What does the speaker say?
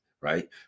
right